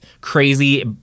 crazy